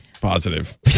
positive